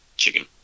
chicken